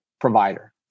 provider